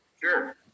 Sure